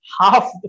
half